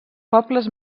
pobles